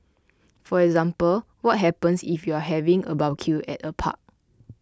for example what happens if you're having a barbecue at a park